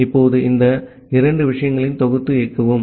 இப்போது இந்த இரண்டு விஷயங்களையும் தொகுத்து இயக்குவோம்